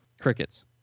Crickets